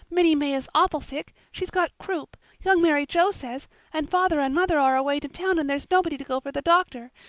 minnie may is awful sick she's got croup. young mary joe says and father and mother are away to town and there's nobody to go for the doctor.